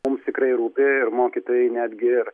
mums tikrai rūpi ir mokytojai netgi ir